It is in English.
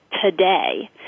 today